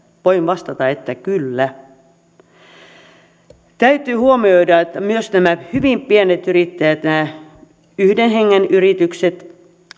voin vastata että kyllä täytyy huomioida että myös nämä hyvin pienet yrittäjät yhden hengen yritykset